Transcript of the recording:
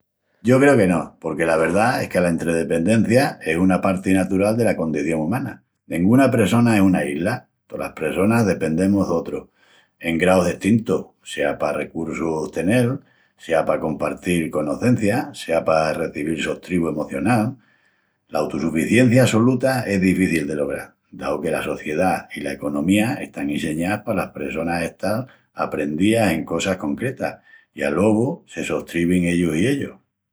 Yo creu que no, porque la verdá es que la entredependencia es una parti natural dela condición umana. Denguna pressona es una isla. Tolas pressonas dependemus d'otrus en graus destintus, sea pa recussus tenel, sea pa compartil conocencias, sea pa recebil sostribu emocional. La utusuficencia assoluta es difíci de logral, dau que la sociedá i la economía están inseñás palas pressonas estal aprendías en cosas concretas i alogu se sostribin ellus i ellus.